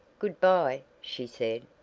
good-bye, she said.